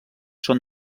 són